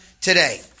today